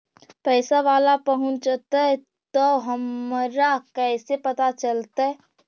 पैसा बाला पहूंचतै तौ हमरा कैसे पता चलतै?